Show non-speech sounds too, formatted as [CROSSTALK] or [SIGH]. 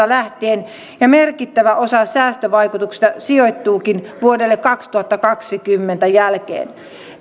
[UNINTELLIGIBLE] lähtien ja merkittävä osa säästövaikutuksista sijoittuukin vuoden kaksituhattakaksikymmentä jälkeen